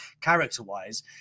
character-wise